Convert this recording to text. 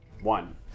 One